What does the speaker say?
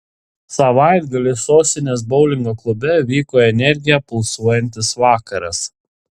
savaitgalį sostinės boulingo klube vyko energija pulsuojantis vakaras